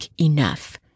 enough